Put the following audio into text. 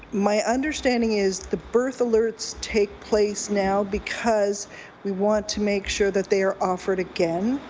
my understanding is the birth alerts take place now because we want to make sure that they're offered again.